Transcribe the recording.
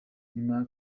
nyuma